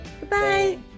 Goodbye